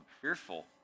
fearful